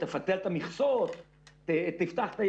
תפתח את המכסות,